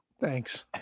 Thanks